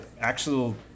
actual